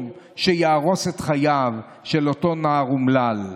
שיהרוס את חייו של אותו נער אומלל.